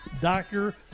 doctor